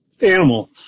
animal